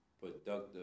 productive